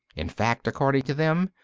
in fact, according to them,